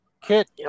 Kit